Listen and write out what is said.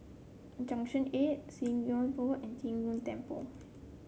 Junction Eight Seah Im Road and Tiong Ghee Temple